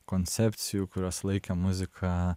koncepcijų kurios laikė muziką